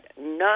none